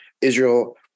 israel